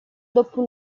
dopo